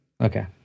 okay